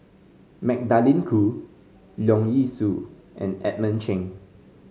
Magdalene Khoo Leong Yee Soo and Edmund Cheng